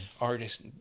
artist